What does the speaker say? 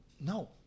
No